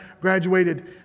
graduated